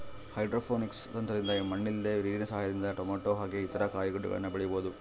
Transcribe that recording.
hydroponics ತಂತ್ರದಿಂದ ಮಣ್ಣಿಲ್ದೆ ನೀರಿನ ಸಹಾಯದಿಂದ ಟೊಮೇಟೊ ಹಾಗೆ ಇತರ ಕಾಯಿಗಡ್ಡೆಗಳನ್ನ ಬೆಳಿಬೊದು